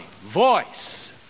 voice